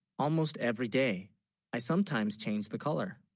almost every day i sometimes change the color